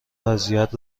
اذیت